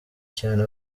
cyane